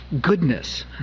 goodness